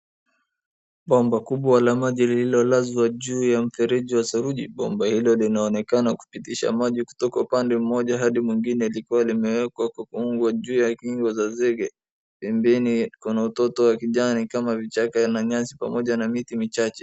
Bomba kubwa la maji lililolazwa juu ya mfereji wa saruji. Bomba hilo linaonekana kupitisha maji kutoka upande mmoja hadi mwingine likiwa limewekwa kwa kuungwa juu ya kinywa za zege. Pembeni kunatoto la kijani kama vichaka na nyasi pamoja na miti michache.